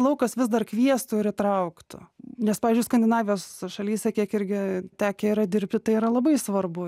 laukas vis dar kviestų ir įtrauktų nes pavyzdžiui skandinavijos šalyse kiek irgi tekę yra dirbti tai yra labai svarbu